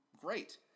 great